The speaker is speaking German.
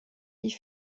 die